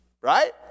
Right